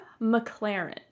McLaren